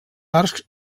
arcs